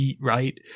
Right